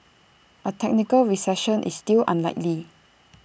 A technical recession is still unlikely